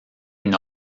une